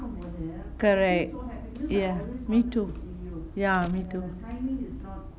correct ya me too ya me too